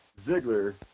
Ziggler